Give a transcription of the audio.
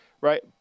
Right